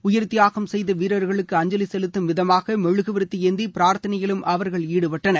உயிர்த்தியாகம் செய்த வீரர்களுக்கு அஞ்சலி செலுத்தும் விதமாக மெழுகுவர்த்தி ஏந்தி பிரார்த்தனையிலும் அவர்கள் ஈடுபட்டனர்